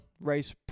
race